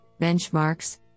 benchmarks